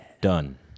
Done